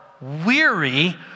weary